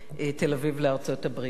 תל-אביב לארצות-הברית.